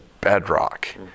bedrock